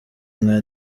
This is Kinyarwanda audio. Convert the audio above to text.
nka